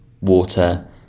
water